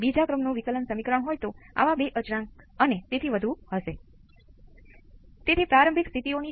સજાતીય વિભેદક સમીકરણ પણ સર્કિટનું વર્ણન કરે છે પરંતુ કઈ સ્થિતિમાં